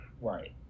right